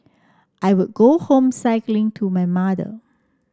I would go home cycling to my mother